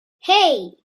hey